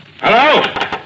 Hello